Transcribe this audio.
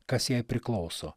kas jai priklauso